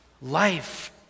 Life